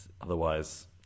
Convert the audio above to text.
Otherwise